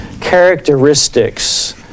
characteristics